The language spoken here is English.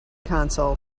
console